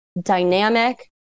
dynamic